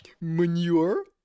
Manure